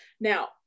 Now